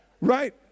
right